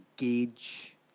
engage